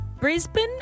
Brisbane